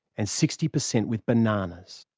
and sixty percent with bananas.